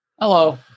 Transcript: Hello